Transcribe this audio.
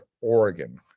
Oregon